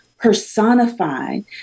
personified